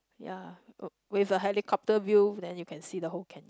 ya uh with a helicopter view then you can see the whole can~